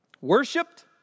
worshipped